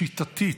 שיטתית,